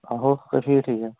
आहो ओह् फ्ही ठीक ऐ